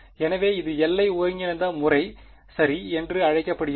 எனவே இது எல்லை ஒருங்கிணைந்த முறை சரி என்று அழைக்கப்படுகிறது